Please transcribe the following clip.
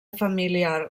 familiar